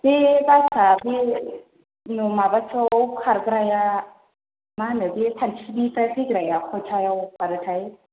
बे बासा बे माबासोआव खारग्राया मा होनो बे सान्टिपुरनिफ्राय फैग्राया खयथायाव खारोथाय